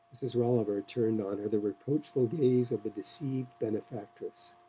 mrs. rolliver turned on her the reproachful gaze of the deceived benefactress.